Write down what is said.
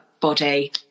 body